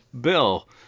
Bill